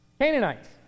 Canaanites